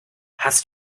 hast